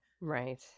Right